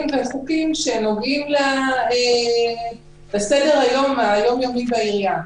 וחוקים שנוגעים לסדר היום-יומי בעירייה.